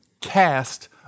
cast